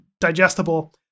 digestible